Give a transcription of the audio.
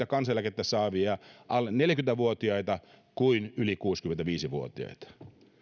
kansaneläkettä saavia alle neljäkymmentä vuotiaita kuin yli kuusikymmentäviisi vuotiaita